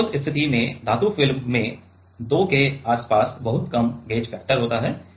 तो उस स्थिति में धातु फिल्म में 2 के आसपास बहुत कम गेज फैक्टर होता है